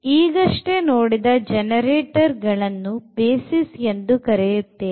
ಈಗಷ್ಟೇ ನೋಡಿದ ಜನರೇಟರ್ ಗಳನ್ನು basis ಎಂದು ಕರೆಯುತ್ತೇವೆ